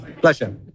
Pleasure